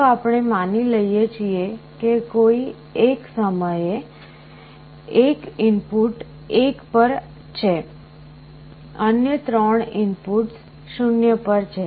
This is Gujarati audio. ચાલો આપણે માની લઈએ છીએ કે કોઈ એક સમયે એક ઇનપુટ 1 પર છે અન્ય 3 ઇનપુટ્સ 0 પર છે